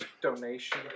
donation